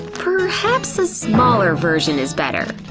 perhaps a smaller version is better.